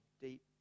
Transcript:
deep